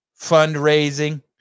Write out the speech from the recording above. fundraising